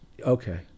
Okay